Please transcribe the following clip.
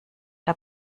der